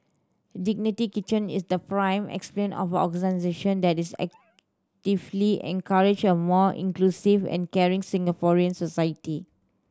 Dignity Kitchen is the prime of organisation that is actively encouraging a more inclusive and caring Singaporean society